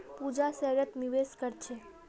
पूजा शेयरत निवेश कर छे